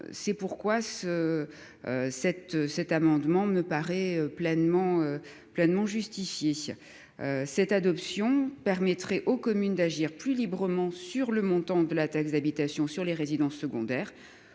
C'est pourquoi ce. Cet cet amendement me paraît pleinement pleinement justifiée. Cette adoption permettrait aux communes d'agir plus librement sur le montant de la taxe d'habitation sur les résidences secondaires,